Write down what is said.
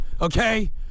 okay